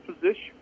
position